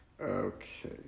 Okay